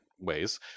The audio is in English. ways